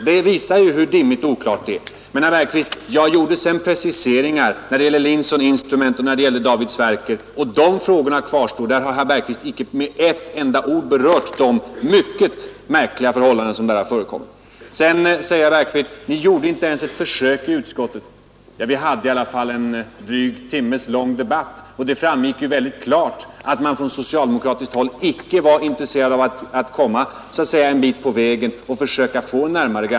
Detta visar hur dimmigt och oklart det är. Men, herr Bergqvist, jag gjorde sedan preciseringar när det gäller Linson Instrument och David Sverker, och de frågorna kvarstår. Herr Bergqvist har inte med ett enda ord berört de mycket märkliga förhållanden som förekommit. Ni gjorde inte ens ett försök i utskottet, sade herr Bergqvist. Nu hade vi i alla fall en dryg timmes debatt, och det framgick klart att man från socialdemokratiskt håll inte var intresserad av att komma så att säga en bit på vägen.